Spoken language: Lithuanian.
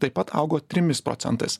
taip pat augo trimis procentais